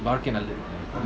வாழ்க்கநல்லா:vazhka nalla but